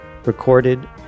recorded